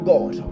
God